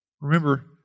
Remember